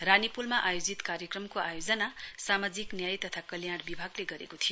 रानीपूलमा आयोजित कार्यक्रमको आयोजना सामाजिक न्याय तथा कल्याण विभागले गरेको थियो